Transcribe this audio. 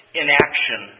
inaction